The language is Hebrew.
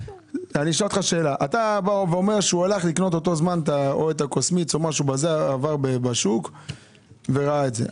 אתה אומר שהוא הלך לקנות באותו זמן כוס מיץ או משהו בשוק וראה את זה,